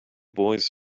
boys